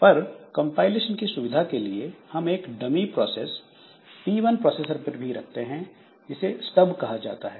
पर कंपाइलेशन की सुविधा के लिए हम एक डमी प्रोसेस P1 प्रोसेसर पर भी रखते हैं जिसे स्टब कहा जाता है